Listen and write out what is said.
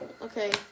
okay